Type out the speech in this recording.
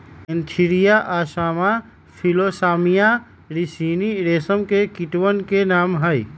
Antheraea assama Philosamia ricini रेशम के कीटवन के नाम हई